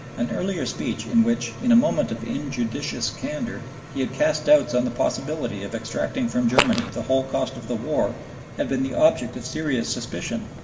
an earlier speech in which, in a moment of injudicious candor, he had cast doubts on the possibility of extracting from germany the whole cost of the war had been the object of serious suspicion,